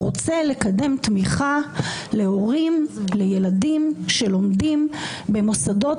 הוא רוצה לקדם תמיכה להורים לילדים שלומדים במוסדות,